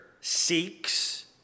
seeks